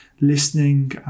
listening